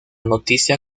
noticia